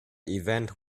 event